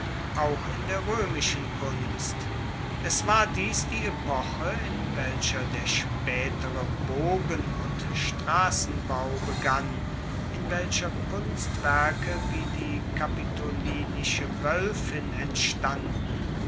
auch in der roemischen kunst es war dies die epoche in welcher der spaetere bogen und strassenbau begann in welcher kunstwerke wie die kapitolinische woelfin entstanden